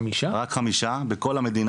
רק חמישה בכל המדינה.